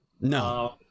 No